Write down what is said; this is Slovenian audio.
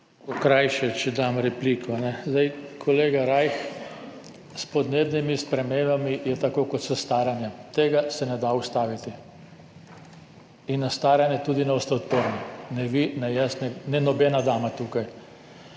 krajše, če dam repliko, Kolega Rajh, s podnebnimi spremembami je tako kot s staranjem, tega se ne da ustaviti in na staranje tudi ne boste odporni, ne vi, ne jaz, ne nobena dama tukaj.